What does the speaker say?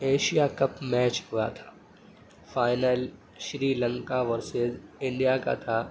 Asia cup match ہوا تھا final Sri Lanka versus India کا تھا